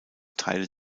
teile